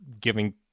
giving